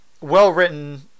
well-written